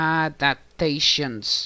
adaptations